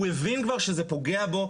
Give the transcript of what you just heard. הוא הבין כבר שזה פוגע בו,